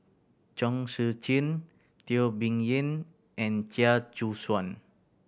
Chong Tze Chien Teo Bee Yen and Chia Choo Suan